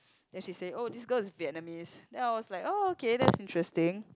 then she said oh this girl is Vietnamese then I was like oh okay that's interesting